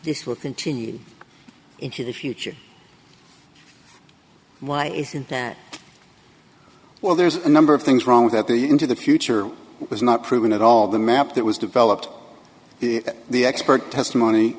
this will continue into the future why is it that well there's a number of things wrong with that the into the future is not proven at all the map that was developed in the expert testimony